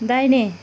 दाहिने